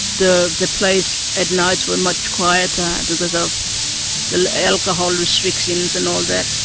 the the place at nights were much quieter because of the alcohol restrictions and all that.